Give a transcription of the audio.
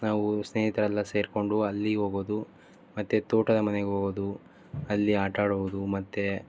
ನಾವು ಸ್ನೇಯಿತರೆಲ್ಲ ಸೇರಿಕೊಂಡು ಅಲ್ಲಿ ಹೋಗೋದು ಮತ್ತು ತೋಟದ ಮನೆಗೆ ಹೋಗೋದು ಅಲ್ಲಿ ಆಟ ಆಡುವುದು ಮತ್ತೆ